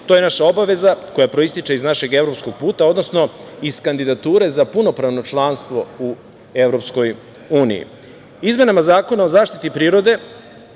To je naša obaveza koja proističe iz našeg evropskog puta, odnosno iz kandidature za punopravno članstvo u EU.Izmenama Zakona o zaštiti prirode,